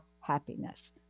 happiness